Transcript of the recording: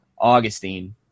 Augustine